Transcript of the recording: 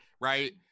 Right